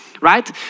right